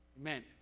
Amen